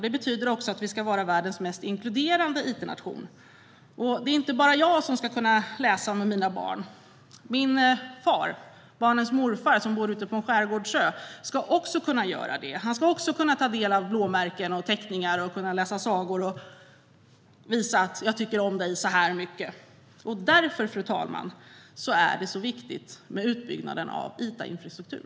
Det betyder också att vi ska vara världens mest inkluderande itnation. Det är inte bara jag som ska kunna läsa med mina barn. Min far, barnens morfar, som bor ute på en skärgårdsö, ska också kunna göra det. Även han ska kunna ta del av blåmärken och teckningar och kunna läsa sagor och genom att sträcka ut armarna visa: Jag tycker om dig så här mycket. Därför, fru talman, är det så viktigt med utbyggnaden av itinfrastruktur.